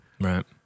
Right